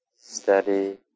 steady